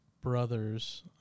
brothers